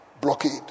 blockade